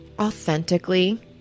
authentically